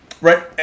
Right